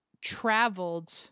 traveled